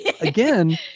again